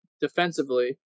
defensively